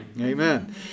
Amen